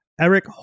Eric